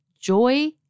Joy